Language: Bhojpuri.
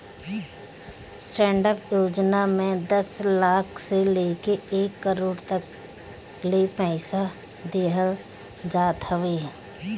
स्टैंडडप योजना में दस लाख से लेके एक करोड़ तकले पईसा देहल जात हवे